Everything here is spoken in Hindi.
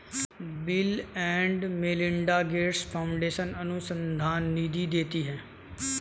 bill and Melinda Gates Foundation अनुसंधान निधि देती है